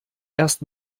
erst